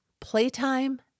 playtime